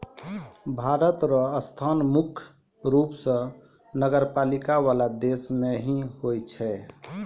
भारत र स्थान मुख्य रूप स नगरपालिका वाला देश मे ही होय छै